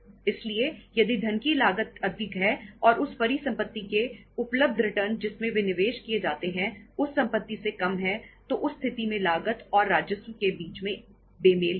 इसलिए यदि धन की लागत अधिक है और उस परिसंपत्ति से उपलब्ध रिटर्न जिसमें वे निवेश किए जाते हैं उस संपत्ति से कम है तो उस स्थिति में लागत और राजस्व के बीच एक बेमेल होगा